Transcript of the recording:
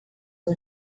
não